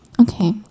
Okay